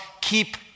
keep